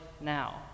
now